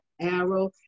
arrow